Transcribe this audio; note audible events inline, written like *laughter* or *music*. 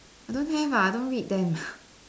I don't have ah I don't read them *breath*